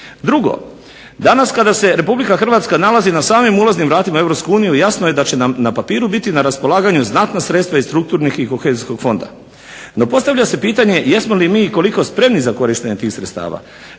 Drugo, danas kada se RH nalazi na samim ulaznim vratima u EU jasno je da će nam na papiru biti na raspolaganju i znatna sredstva iz strukturnih i kohezijskog fonda. No postavlja se pitanje jesmo li mi i koliko spremni za korištenje tih sredstava?